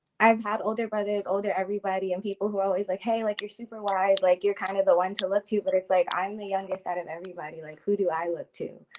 i've had older brothers, older everybody and people who are always like, hey, like you're super wise, like you're kind of the one to look to. but it's like, i'm the youngest of everybody. like who do i look to?